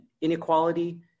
inequality